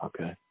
Okay